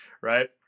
right